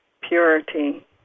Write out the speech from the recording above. purity